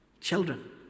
Children